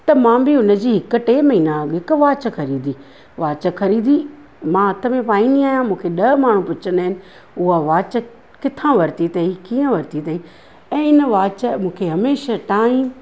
त मां बि हुनजी हिकु टे महीना हिकु वॉच ख़रीदी वॉच ख़रीदी मां हथ में पाईंदी आहियां मूंखे ॾह माण्हू पुछंदा आहिनि उहा वॉच किथां वरिती अथई कीअं वरिती अथई ऐं हिन वॉच मूंखे हमेशह टाइम